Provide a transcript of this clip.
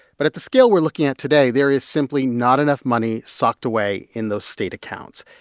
but at the scale we're looking at today, there is simply not enough money socked away in those state accounts.